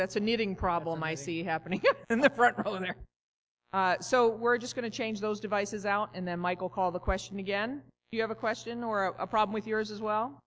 that's an eating problem i see happening in the front row in there so we're just going to change those devices out and then michael call the question again if you have a question or a problem with yours as